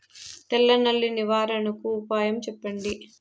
తెల్ల నల్లి నివారణకు ఉపాయం చెప్పండి?